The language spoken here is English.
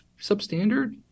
substandard